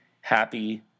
happy